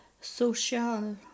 social